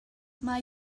mae